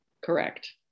Correct